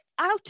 out